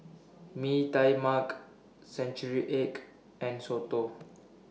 Mee Tai Mak Century Egg and Soto